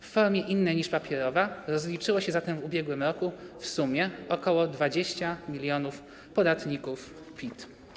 W formie innej niż papierowa rozliczyło się zatem w ubiegłym roku w sumie ok. 20 mln podatników PIT.